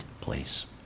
place